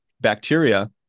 bacteria